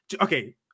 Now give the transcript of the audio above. Okay